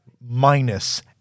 minus